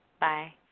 Bye